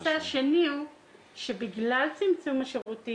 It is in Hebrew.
הנושא השני הוא שבגלל צמצום השירותים